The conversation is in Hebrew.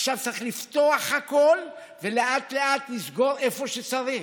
עכשיו צריך לפתוח הכול ולאט-לאט נסגור איפה שצריך,